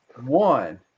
One